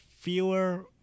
fewer